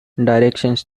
directions